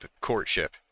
courtship